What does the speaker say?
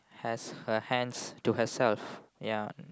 has her hands to herself ya